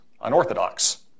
unorthodox